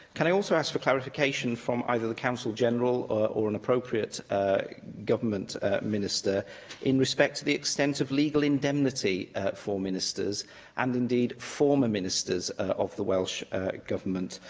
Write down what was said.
can i also ask for clarification from either the counsel general or or an appropriate ah government minister in respect of the extent of legal indemnity for ministers and indeed former ministers of the welsh government?